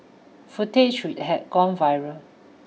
footage which had gone viral